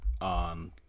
on